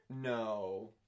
No